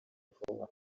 vuba